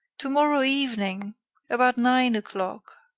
tomorrow evening about nine o'clock.